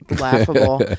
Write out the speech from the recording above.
laughable